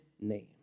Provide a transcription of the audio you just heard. name